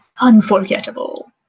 unforgettable